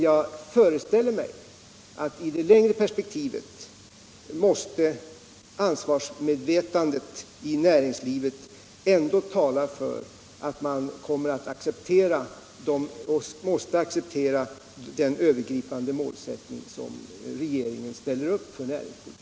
Jag föreställer mig dock att i det längre perspektivet måste ansvarsmedve tandet i näringslivet ändå tala för att man där accepterar den övergripande målsättning regeringen ställer upp för näringspolitiken.